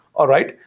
all right.